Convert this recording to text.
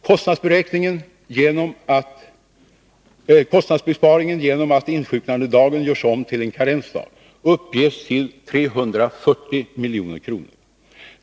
Kostnadsbesparingen genom att insjuknandedagen görs om till en karensdag uppges till 340 milj.kr.